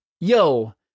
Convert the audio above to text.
yo